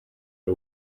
ari